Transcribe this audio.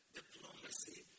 diplomacy